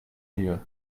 deal